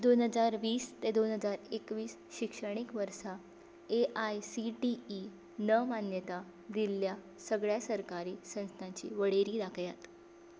दोन हजार वीस ते दोन हजार एकवीस शिक्षणीक वर्सा A I C T E न मान्यता दिल्ल्या सगळ्या सरकारी संस्थांची वळेरी दाखयात